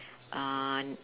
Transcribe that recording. on